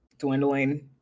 dwindling